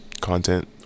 content